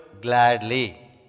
gladly